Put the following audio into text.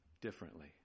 differently